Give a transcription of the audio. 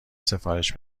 سفارش